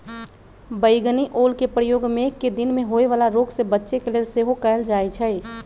बइगनि ओलके प्रयोग मेघकें दिन में होय वला रोग से बच्चे के लेल सेहो कएल जाइ छइ